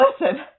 listen